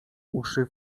uszy